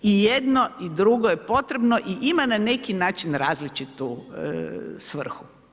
I jedno i drugo je potrebno i ima na neki način različitu svrhu.